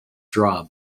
draw